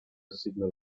signal